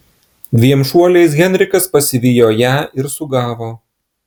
dviem šuoliais henrikas pasivijo ją ir sugavo